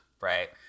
right